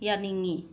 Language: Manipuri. ꯌꯥꯅꯤꯡꯉꯤ